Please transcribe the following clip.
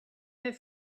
her